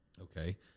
okay